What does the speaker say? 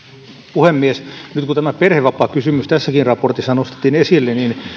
puhemies nyt kun tämä perhevapaakysymys tässäkin raportissa nostettiin esille niin